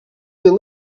you